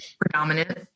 predominant